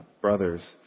brothers